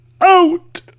out